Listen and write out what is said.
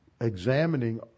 examining